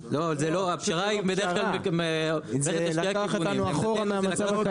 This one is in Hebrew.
הפשרה היא בדרך כלל לשני הכיוונים.